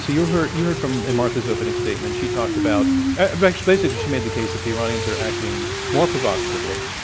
so you heard you heard from and martha's opening statement, she talked about ah like basically, she made the case that the iranians are acting more provocatively